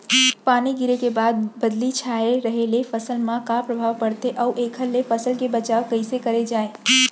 पानी गिरे के बाद बदली छाये रहे ले फसल मा का प्रभाव पड़थे अऊ एखर ले फसल के बचाव कइसे करे जाये?